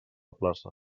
plaça